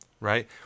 Right